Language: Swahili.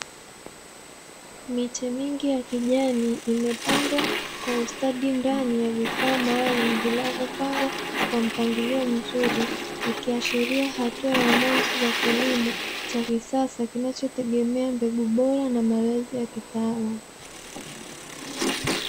Miche mingi ya kijani imepandwa kwa ustadi ndani ya vifaa maalumu vinavyopangwa kwa mpangilio mzuri, ikiashiria hatua ya mwanzo za kilimo cha kisasa kinachotegemea mbegu bora na malezi ya kitaalamu.